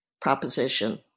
proposition